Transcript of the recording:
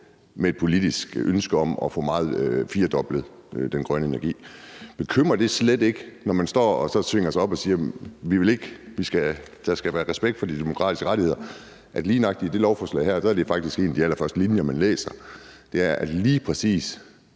med et politisk ønske om at få firedoblet den grønne energi. Man står og svinger sig op og siger, at der skal være respekt for de demokratiske rettigheder, men bekymrer det ikke, at lige nøjagtig i det her lovforslag er det faktisk en af de allerførste linjer, man læser, hvor lige præcis